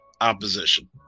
opposition